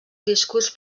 discurs